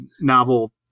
novel